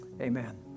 Amen